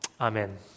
Amen